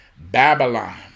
Babylon